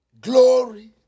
glory